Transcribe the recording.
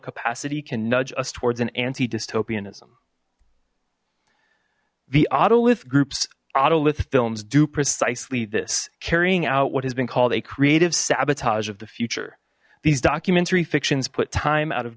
capacity can nudge us towards an anti dystopian ism the auto lift groups auto lift films do precisely this carrying out what has been called a creative sabotage of the future these documentary fictions put time out of